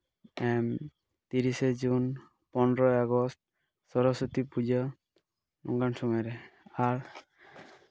ᱛᱤᱨᱤᱥᱮ ᱡᱩᱱ ᱯᱚᱸᱱᱨᱚᱭ ᱟᱜᱚᱥᱴ ᱥᱚᱨᱚᱥᱚᱛᱤ ᱯᱩᱡᱟᱹ ᱚᱱᱠᱟᱱ ᱥᱚᱢᱚᱭ ᱨᱮ ᱟᱨ